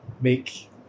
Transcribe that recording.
make